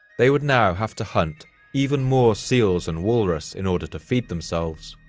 they would now have to hunt even more seals and walrus in order to feed themselves.